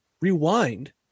rewind